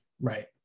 Right